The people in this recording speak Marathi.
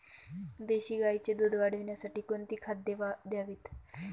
देशी गाईचे दूध वाढवण्यासाठी कोणती खाद्ये द्यावीत?